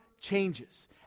changes